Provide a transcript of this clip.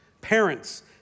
Parents